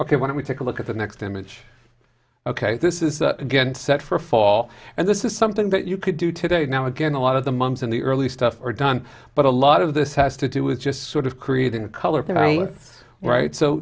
to take a look at the next image ok this is again set for fall and this is something that you could do today now again a lot of the moms in the early stuff are done but a lot of this has to do with just sort of creating a color right so